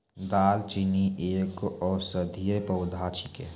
दालचीनी एक औषधीय पौधा छिकै